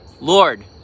Lord